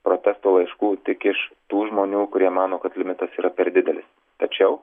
protesto laiškų tik iš tų žmonių kurie mano kad limitas yra per didelis tačiau